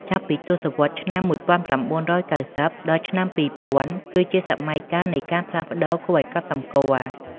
ចាប់ពីទសវត្សរ៍ឆ្នាំ ១៩៩០ ដល់ឆ្នាំ ២០០០ គឺជាសម័យកាលនៃការផ្លាស់ប្តូរគួរឱ្យកត់សម្គាល់។